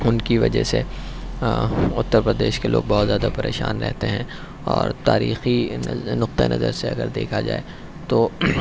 ان کی وجہ سے اتر پردیش کے لوگ بہت زیادہ پریشان رہتے ہیں اور تاریخی نقطہ نظر سے اگر دیکھا جائے تو